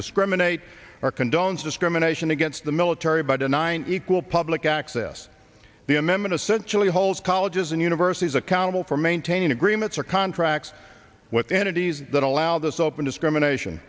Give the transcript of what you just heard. discriminate or condones discrimination against the military by denying equal public access the amendment essentially holds colleges and universities accountable for maintaining agreements or contracts with entities that allow this open discrimination